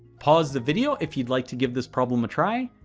pause the video if you'd like to give this problem a try,